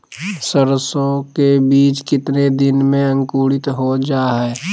सरसो के बीज कितने दिन में अंकुरीत हो जा हाय?